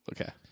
Okay